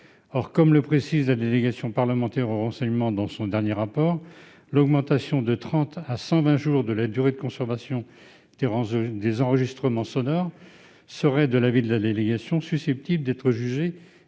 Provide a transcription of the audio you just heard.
Or, comme le précise la délégation parlementaire au renseignement, la DPR, dans son dernier rapport, « l'augmentation de trente à cent vingt jours de la durée de conservation des enregistrements sonores, [...] serait, de l'avis de la délégation, susceptible d'être jugée